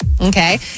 Okay